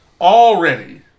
Already